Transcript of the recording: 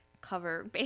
cover